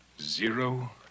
Zero